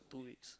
two weeks